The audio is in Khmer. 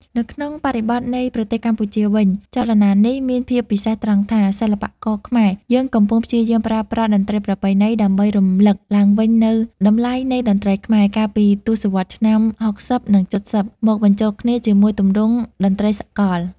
នៅក្នុងបរិបទនៃប្រទេសកម្ពុជាវិញ ចលនានេះមានភាពពិសេសត្រង់ថា សិល្បករខ្មែរយើងកំពុងព្យាយាមប្រើប្រាស់តន្ត្រីប្រពៃណី ដើម្បីរំលឹកឡើងវិញនូវតម្លៃនៃតន្ត្រីខ្មែរ កាលពីទសវត្សរ៍ឆ្នាំ ៦០ និង ៧០ មកបញ្ចូលគ្នាជាមួយទម្រង់តន្ត្រីសកល។